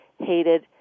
hated